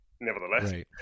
nevertheless